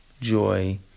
joy